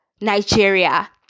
Nigeria